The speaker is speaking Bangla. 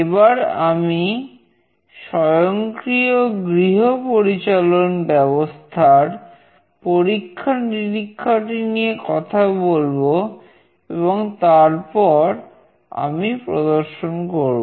এবার আমি স্বয়ংক্রিয় গৃহ পরিচালন ব্যবস্থা পরীক্ষা নিরীক্ষাটি নিয়ে কথা বলব এবং তারপর আমি প্রদর্শন করব